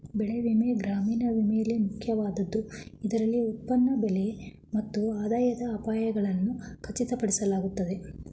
ಬೆಳೆ ವಿಮೆ ಗ್ರಾಮೀಣ ವಿಮೆಯಲ್ಲಿ ಮುಖ್ಯವಾದದ್ದು ಇದರಲ್ಲಿ ಉತ್ಪನ್ನ ಬೆಲೆ ಮತ್ತು ಆದಾಯದ ಅಪಾಯಗಳನ್ನು ಖಚಿತಪಡಿಸಲಾಗಿದೆ